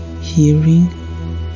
hearing